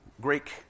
Greek